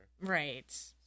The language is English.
Right